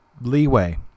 leeway